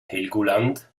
helgoland